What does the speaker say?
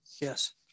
Yes